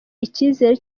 icyizere